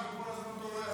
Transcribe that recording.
אם אנחנו פה נזמין אותו,